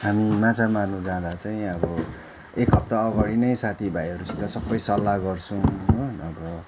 हामी माछा मार्नु जाँदा चाहिँ अब एक हफ्ता अगाडि नै साथी भाइहरूसित सबै सल्लाह गर्छौँ हो अब